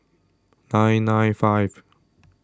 nine nine five